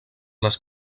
les